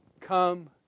come